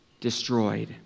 destroyed